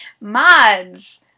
Mods